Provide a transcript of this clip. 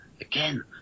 Again